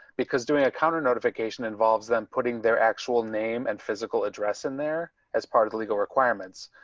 because doing a counter notification involves them putting their actual name and physical address in there as part of the legal requirements.